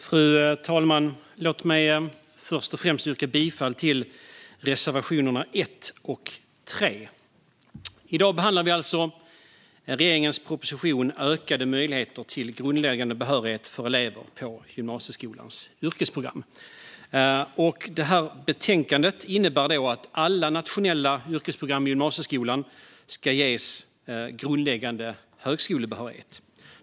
Fru talman! Jag yrkar bifall till reservationerna 1 och 3. I dag behandlar vi regeringens proposition Ökade möjligheter till grundläggande behörighet för elever på gymnasieskolans yrkesprogram . Betänkandet innebär att alla nationella yrkesprogram i gymnasieskolan ska ge grundläggande högskolebehörighet.